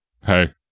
hey